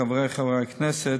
חברי חברי הכנסת,